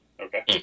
Okay